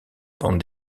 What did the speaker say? bande